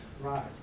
Right